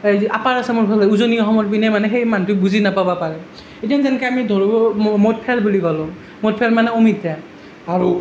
upper আসামৰফালে উজনি অসমৰ পিনে মানে সেই মানুহটোক বুজি নাপাব পাৰে এতিয়া যেনেকৈ আমি ধৰোঁ মদফেল বুলি ক'লোঁ মদফেল মানে অমিতা আৰু